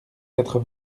quatre